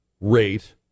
rate